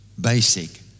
basic